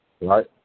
Right